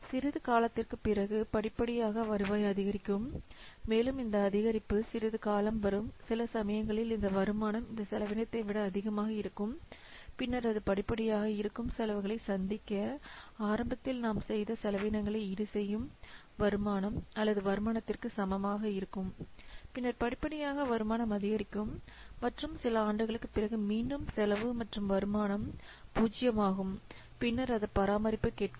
சிறிது காலத்திற்கு பிறகு படிப்படியாக வருவாய் அதிகரிக்கும் மேலும் இந்த அதிகரிப்பு சிறிது காலம் வரும் சில சமயங்களில் இந்த வருமானம் இந்த செலவினத்தை விட அதிகமாக இருக்கும் பின்னர் அது படிப்படியாக இருக்கும் செலவுகளைச் சந்திக்க ஆரம்பத்தில் நாம் செய்த செலவினங்களை ஈடுசெய்யும் வருமானம் அல்லது வருமானத்திற்கு சமமாக இருக்கும் பின்னர் படிப்படியாக வருமானம் அதிகரிக்கும் மற்றும் சில ஆண்டுகளுக்குப் பிறகு மீண்டும் செலவு மற்றும் வருமானம் 0 ஆகும் பின்னர் அது பராமரிப்பு கேட்கும்